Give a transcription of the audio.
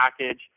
package